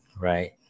Right